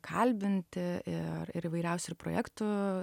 kalbinti ir ir įvairiausių ir projektų